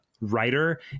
writer